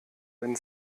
wenn